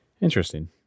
interesting